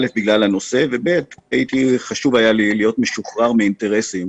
גם בגלל הנושא וגם כי היה לי חשוב להיות משוחרר מאינטרסים